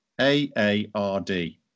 A-A-R-D